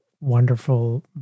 wonderful